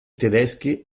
tedeschi